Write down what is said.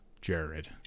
Jared